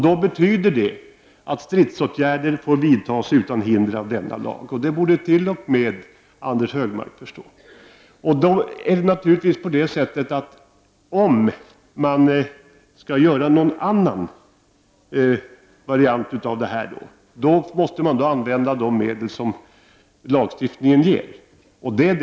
Det betyder att stridsåtgärder får vidtas utan hinder av denna lag. Detta borde t.o.m. Anders Högmark förstå. Om man på annat sätt skall förhindra stridsåtgärder måste man använda de medel som lagstiftningen erbjuder.